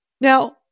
Now